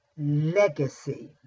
legacy